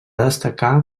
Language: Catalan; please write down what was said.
destacar